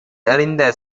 எறிந்த